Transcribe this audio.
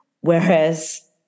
whereas